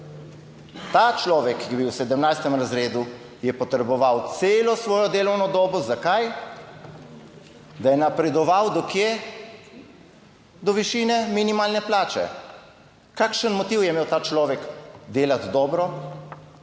Ta človek, ki je bil v 17. razredu, je potreboval celo svojo delovno dobo. Zakaj? Da je napredoval, do kje? Do višine minimalne plače? Kakšen motiv je imel ta človek delati dobro,